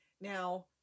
Now